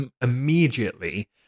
immediately